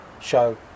Show